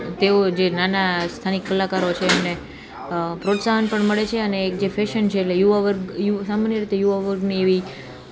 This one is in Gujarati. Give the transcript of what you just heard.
તેઓ જે નાના સ્થાનિક કલાકારો છે એમને પ્રોત્સાહન પણ મળે છે અને એક જે ફેશન છે એટલે યુવા વર્ગ સામાન્ય રીતે યુવા વર્ગની એવી